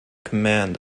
command